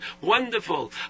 wonderful